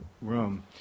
room